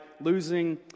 losing